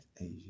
Asia